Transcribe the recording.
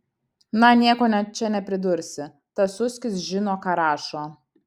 na nieko čia nepridursi tas suskis žino ką rašo